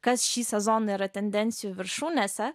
kas šį sezoną yra tendencijų viršūnėse